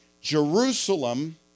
Jerusalem